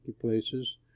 places